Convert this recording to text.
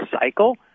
cycle